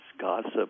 gossip